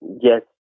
yes